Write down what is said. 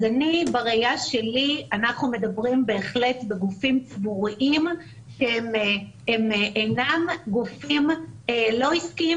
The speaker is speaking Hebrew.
בראייה שלי אנחנו מדברים בהחלט בגופים ציבוריים שהם אינם גופים עסקיים